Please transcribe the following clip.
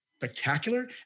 spectacular